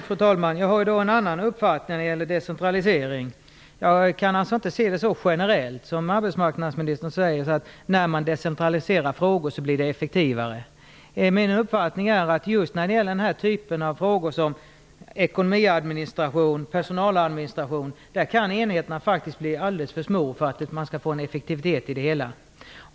Fru talman! Jag har en annan uppfattning när det gäller decentralisering. Jag kan alltså inte se detta så generellt som arbetsmarknadsministern gör när han säger att det när man decentraliserar frågor blir effektivare. Min uppfattning är att enheterna just i frågor om ekonomiadministration och personaladministration faktiskt kan bli alldeles för små för att det skall vara möjligt att få effektivitet i det hela.